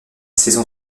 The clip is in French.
saison